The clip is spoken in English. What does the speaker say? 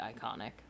iconic